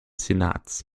senats